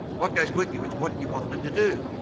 what goes with you is what you want them to do.